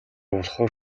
болохоор